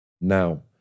now